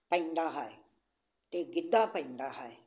ਪੈਂਦਾ ਹੈ ਅਤੇ ਗਿੱਧਾ ਪੈਂਦਾ ਹੈ